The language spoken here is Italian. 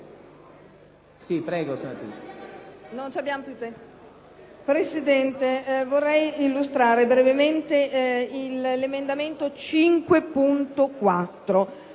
Presidente, vorrei illustrare brevemente l’emendamento 5.4